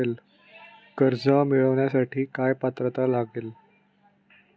कर्ज मिळवण्यासाठी काय पात्रता लागेल?